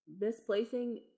misplacing